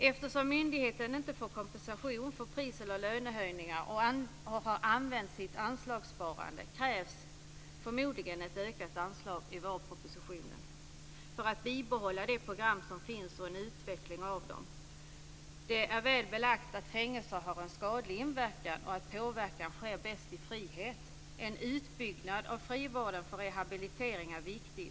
Eftersom myndigheten inte får kompensation för pris eller lönehöjningar och har använt sitt anslagssparande krävs förmodligen ett ökat anslag i vårpropositionen för att bibehålla de program som finns och för att utveckla dem. Det är väl belagt att fängelser har en skadlig inverkan och att påverkan sker bäst i frihet. En utbyggnad av frivården och rehabilitering är viktig.